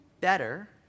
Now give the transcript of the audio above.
better